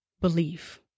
belief